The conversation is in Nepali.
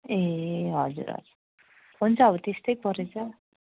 ए हजुर हजुर हुन्छ अब त्यस्तै परेछ